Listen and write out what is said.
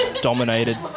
Dominated